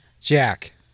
Jack